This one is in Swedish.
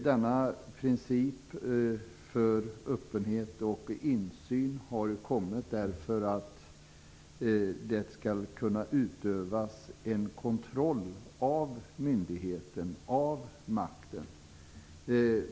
Denna princip för öppenhet och insyn har tillkommit därför att det skall kunna utövas en kontroll av myndigheten och av makten.